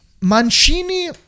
Mancini